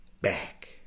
back